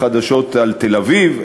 לחדשות על תל-אביב,